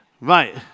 right